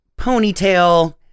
ponytail